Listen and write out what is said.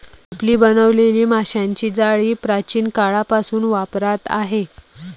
टोपली बनवलेली माशांची जाळी प्राचीन काळापासून वापरात आहे